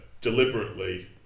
deliberately